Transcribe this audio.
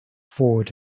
forward